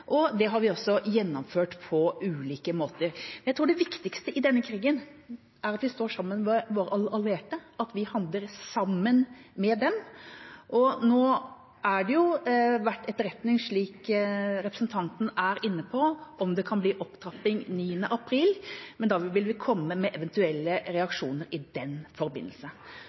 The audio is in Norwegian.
har vi også gjennomført på ulike måter. Jeg tror det viktigste i denne krigen er at vi står sammen med våre allierte, at vi handler sammen med dem. Nå har det jo vært etterretning, slik representanten er inne på, om det kan bli opptrapping 9. mai, men da vil vi komme med eventuelle reaksjoner i den forbindelse.